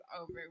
over